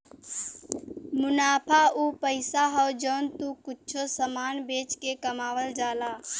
मुनाफा उ पइसा हौ जौन तू कुच्छों समान बेच के कमावल जाला